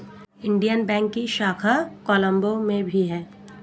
Indian bank की शाखा कोलम्बो में भी है